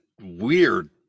weird